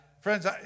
friends